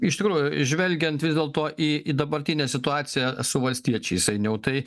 iš tikrųjų žvelgiant vis dėlto į dabartinę situaciją su valstiečiais ainiau tai